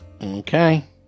Okay